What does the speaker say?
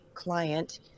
client